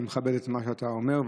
אני מכבד את מה שאתה אומר,